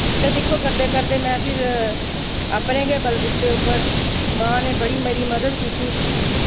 ते दिक्खो करदे करदे में फ्ही अपने गै बलबूते उप्पर मां ने बड़ी मेरी मदद कीती